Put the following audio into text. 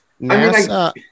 nasa